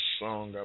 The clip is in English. song